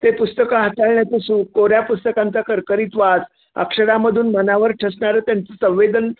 ते पुस्तकं हाताळण्याचं सुख कोऱ्या पुस्तकांचा करकरीत वास अक्षरामधून मनावर ठसणारं त्यांचं संवेदन